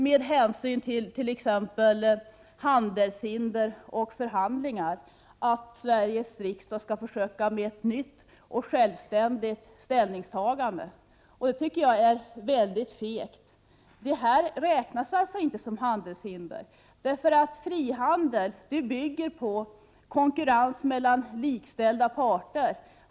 Med hänvisning till bl.a. handelshinder och förhandlingar gör man nu motstånd mot att Sveriges riksdag skall göra ett nytt och självständigt ställningstagande. Det tycker jag är mycket fegt. Den åtgärd som det nu gäller räknas inte som handelshinder. Frihandel bygger på konkurrens mellan likställda parter.